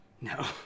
No